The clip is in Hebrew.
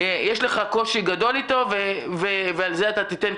יש לך קושי גדול איתו ועל זה אתה תיתן,